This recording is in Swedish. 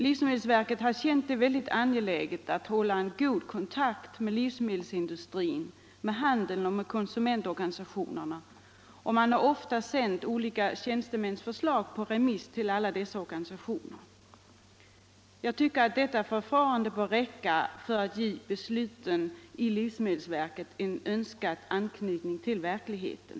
Livsmedelsverket har känt det väldigt angeläget att hålla god kontakt med livsmedelsindustrin, handeln och konsumentorganisationerna. Man har ofta sänt olika tjänstemäns förslag på remiss till alla dessa organisationer. Jag tycker att detta förfarande bör räcka för att ge besluten i livsmedelsverket en önskad anknytning till verkligheten.